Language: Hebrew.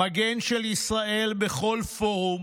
מגן של ישראל בכל פורום,